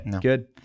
Good